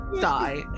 Die